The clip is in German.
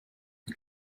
ihr